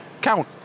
count